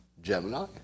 Gemini